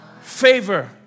favor